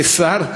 כשר,